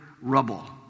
rubble